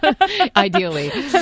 Ideally